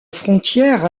frontière